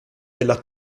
della